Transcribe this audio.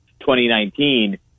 2019